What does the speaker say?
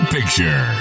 Picture